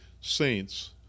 saints